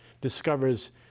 discovers